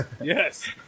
yes